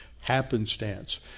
happenstance